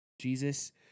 Jesus